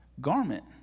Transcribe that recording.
garment